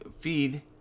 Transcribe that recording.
feed